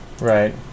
Right